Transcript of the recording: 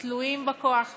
תלויים בכוח הזה,